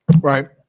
Right